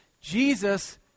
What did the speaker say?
Jesus